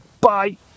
Bye